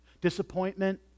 Disappointment